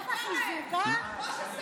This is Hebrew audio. קיבלת חיזוק, הא?